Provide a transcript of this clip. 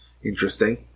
Interesting